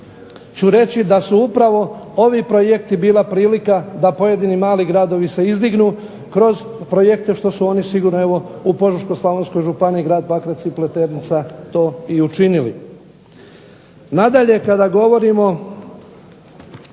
ću reći da su upravo ovi projekti bili prilika da pojedini mali gradovi se izdignu kroz projekte što su oni sigurno evo u Požeško-slavonskoj županiji, grad Pakrac i Pleternica to i učinili. Nadalje, kada govorimo